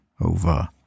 over